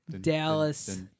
Dallas